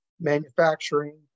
manufacturing